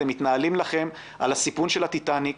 אתם מתנהלים לכם על הסיפון של הטיטניק,